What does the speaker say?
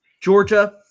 Georgia